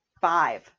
five